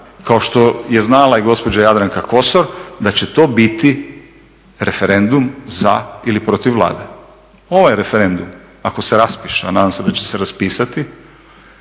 kao što je znala i gospođa Jadranka Kosor da će to biti referendum za ili protiv Vlade. Ovaj referendum ako se raspiše, a nadam se da će se raspisati